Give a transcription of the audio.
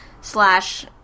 slash